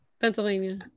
Pennsylvania